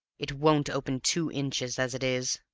it won't open two inches as it is.